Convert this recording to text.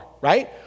right